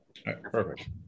Perfect